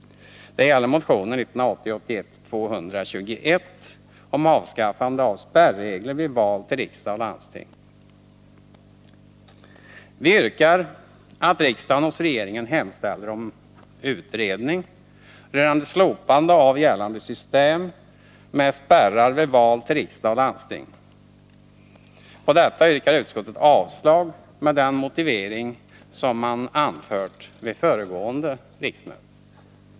Det gäller motionen 1980/81:221 om avskaffande av spärregler vid val till riksdag och landsting. Vi yrkar att riksdagen hos regeringen hemställer om utredning rörande slopande av gällande system med spärrar vid val till riksdag och landsting. På detta yrkar utskottet avslag med den motivering som man anfört vid föregående riksmöte.